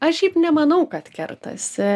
aš šiaip nemanau kad kertasi